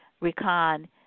Recon